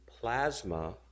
plasma